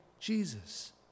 jesus